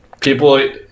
people